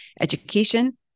education